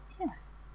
Yes